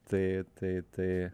tai tai tai